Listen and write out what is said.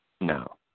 no